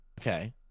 Okay